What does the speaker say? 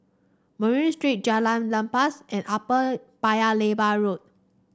Murray Street Jalan Lepas and Upper Paya Lebar Road